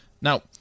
Now